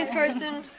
carson.